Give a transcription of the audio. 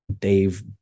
Dave